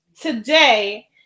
today